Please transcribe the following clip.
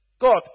God